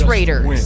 Raiders